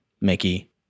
Mickey